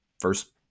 first